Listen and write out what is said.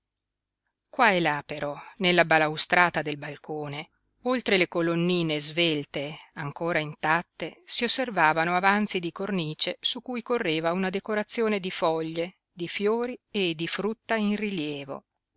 qua e là però nella balaustrata del balcone oltre le colonnine svelte ancora intatte si osservavano avanzi di cornice su cui correva una decorazione di foglie di fiori e di frutta in rilievo